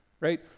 right